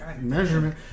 measurement